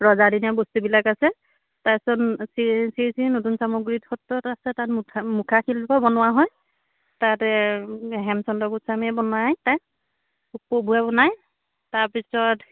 ৰজাদিনীয়া বস্তুবিলাক আছে তাৰ পিছত শ্ৰী শ্ৰী নতুন নতুন চামগুৰি সত্ৰত আছে তাত মুখা শিল্প বনোৱা হয় তাতে হেমচন্দ্ৰ গোস্বামীয়ে বনায় বোৰে বনায় তাৰ পিছত